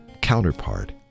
counterpart